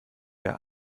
der